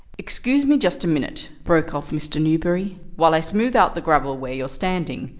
excuse me just a minute, broke off mr. newberry, while i smooth out the gravel where you're standing.